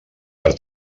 per